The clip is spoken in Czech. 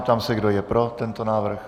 Ptám se, kdo je pro tento návrh.